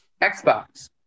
Xbox